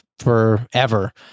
forever